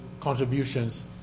contributions